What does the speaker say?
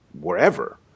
wherever